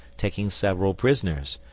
taking several prisoners,